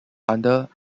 under